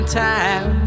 time